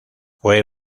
fue